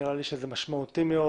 נראה לי שזה משמעותי מאוד.